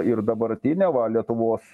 ir dabartinė va lietuvos